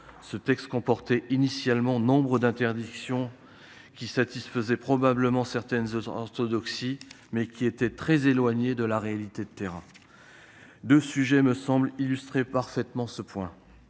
Ce texte comportait initialement nombre d'interdictions qui satisfaisaient probablement certaines orthodoxies, mais qui demeuraient très éloignées de la réalité de terrain. Deux sujets me semblent bien illustrer ce point.